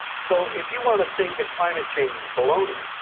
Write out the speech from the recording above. so if you want to think that climate change is baloney,